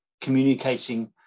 communicating